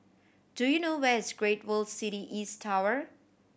do you know where is Great World City East Tower